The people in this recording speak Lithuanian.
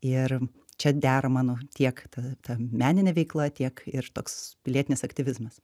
ir čia dera mano tiek ta ta meninė veikla tiek ir toks pilietinis aktyvizmas